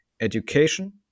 Education